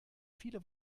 viele